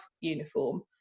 uniform